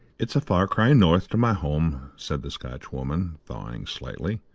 it's a far cry north to my home, said the scotchwoman, thawing slightly.